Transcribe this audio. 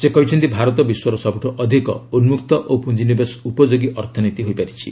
ସେ କହିଛନ୍ତି ଭାରତ ବିଶ୍ୱର ସବୁଠୁ ଅଧିକ ଉନ୍କକ୍ତ ଓ ପୁଞ୍ଜିନିବେଶ ଉପଯୋଗୀ ଅର୍ଥନୀତି ହୋଇପାରିଛି